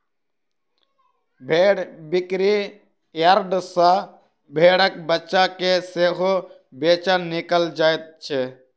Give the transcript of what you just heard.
भेंड़ बिक्री यार्ड सॅ भेंड़क बच्चा के सेहो बेचल, किनल जाइत छै